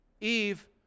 Eve